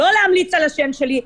לא להמליץ על השם שלי.